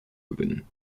gewinnen